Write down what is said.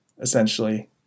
essentially